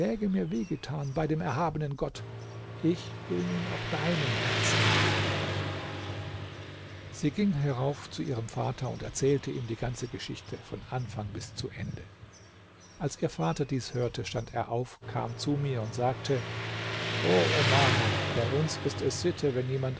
getan bei dem erhabenen gott ich will nun auch deinem herzen weh tun sie ging hierauf zu ihrem vater und erzählte ihm die ganze geschichte von anfang bis zu ende als ihr vater dies hörte stand er auf kam zu mir und sagte o omaner bei uns ist es sitte wenn jemand